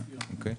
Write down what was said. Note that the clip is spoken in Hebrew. אוקיי.